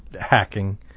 hacking